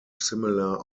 similar